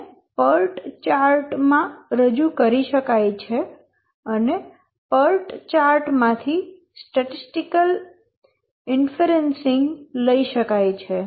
આને PERT chart માં રજૂ કરી શકાય છે અને PERT ચાર્ટ માંથી સ્ટેટિસ્ટિકલ ઇન્ફરન્સિંગ લઈ શકાય છે